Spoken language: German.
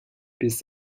bis